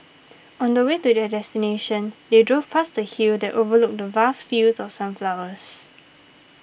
on the way to their destination they drove past a hill that overlooked vast fields of sunflowers